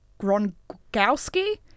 Gronkowski